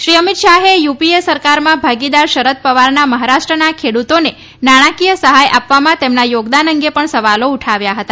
શ્રી અમિત શાહે યુપીએ સરકારમાં ભાગીદાર શરદ પવારના મફારાષ્ટ્રના ખેડૂતોને નાણાંકીય સહાય આપવામાં તેમના યોગદાન અંગે પણ સવાલો ઉઠાવ્યા હતા